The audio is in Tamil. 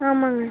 ஆமாங்க